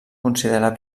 considerar